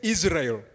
Israel